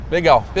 Legal